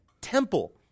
temple